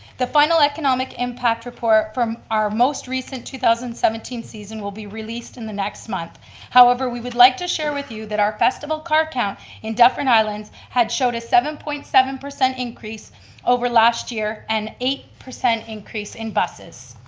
the final economic impact report from our most recent two thousand and seventeen season will be released in the next month however, we would like to share with you that our festival car count in dufferin islands had showed a seven point seven increase over last year and eight percent increase in buses.